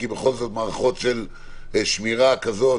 כי בכל זאת מערכות של שמירה כזאת,